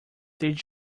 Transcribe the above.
did